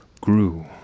grew